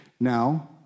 Now